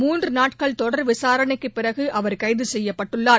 மூன்று நாட்கள் தொடர் விசாரணைக்குப் பிறகு அவர் கைது செய்யப்பட்டுள்ளார்